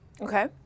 okay